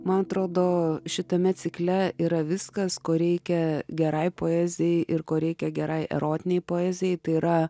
man atrodo šitame cikle yra viskas ko reikia gerai poezijai ir ko reikia gerai erotinei poezijai tai yra